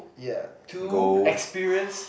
ya to experience